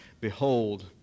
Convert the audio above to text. Behold